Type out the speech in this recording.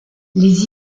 les